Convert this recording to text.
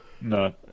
no